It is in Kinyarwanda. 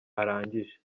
arangije